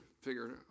figured